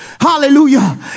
hallelujah